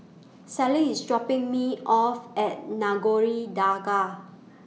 Sallie IS dropping Me off At Nagore Dargah